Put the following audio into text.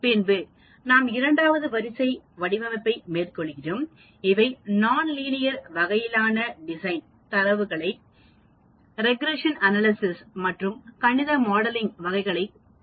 பின்பு நாம் இரண்டாவது வரிசை வடிவமைப்பை மேற்கொள்கிறோம் இவை நான் லீனியர் வகையிலான டிசைன் தரவுகளை ரெக்ரேஷன் அனாலிசிஸ் மற்றும் கணித மாடலிங் வகைகளாக பெற்றுக் கொள்கிறோம்